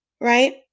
Right